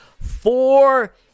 four